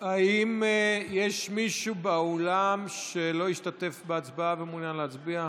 האם יש מישהו באולם שלא השתתף בהצבעה ומעוניין להצביע?